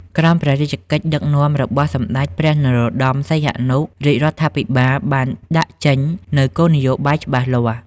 ក្រោមព្រះរាជកិច្ចដឹកនាំរបស់សម្ដេចព្រះនរោត្តម សីហនុ រាជរដ្ឋាភិបាលបានដាក់ចេញនូវគោលនយោបាយច្បាស់លាស់។